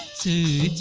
to